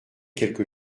quelque